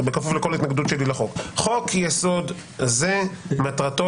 בכפוף לכל ההתנגדות שלי לחוק: חוק-יסוד זה מטרתו